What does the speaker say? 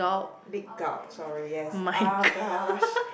big gulp sorry yes ah gosh